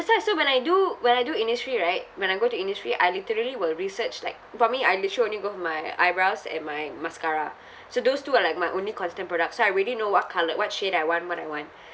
so I so when I do when I do Innisfree right when I go to Innisfree I literally will research like for me I'll only sure only go for my eyebrows and my mascara so those two are like my only constant products so I already know what colour what shade I want what I want